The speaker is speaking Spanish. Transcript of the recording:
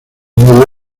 media